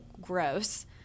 gross